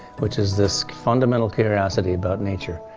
which is this fundamental curiosity about nature,